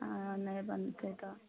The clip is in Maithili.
हँ नहि बनतै तऽ